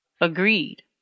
agreed